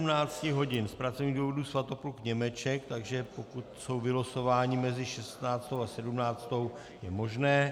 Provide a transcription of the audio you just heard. Do 17 hodin z pracovních důvodů Svatopluk Němeček, takže pokud jsou vylosováni mezi šestnáctou a sedmnáctou, je možné.